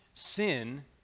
Sin